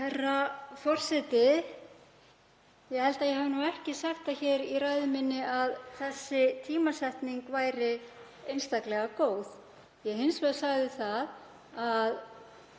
Herra forseti. Ég held að ég hafi ekki sagt það í ræðu minni að þessi tímasetning væri einstaklega góð. Hins vegar sagði ég það að